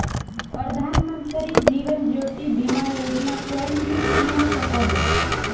प्रधानमंत्री जीवन ज्योति बीमा योजना कोएन भी किन्वा सकोह